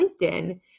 LinkedIn